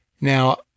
Now